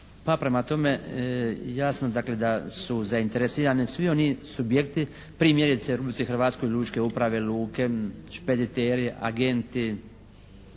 pa prema tome jasno dakle da su zainteresirani svi oni subjekti, primjerice u Republici Hrvatskoj lučke uprave, luke, špediteri, agenti,